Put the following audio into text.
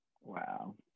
wow